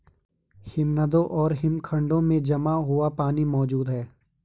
हिमनदों और हिमखंडों में जमा हुआ पानी मौजूद हैं